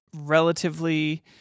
relatively